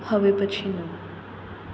હવે પછીનું